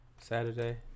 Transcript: Saturday